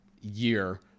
year